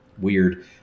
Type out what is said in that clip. Weird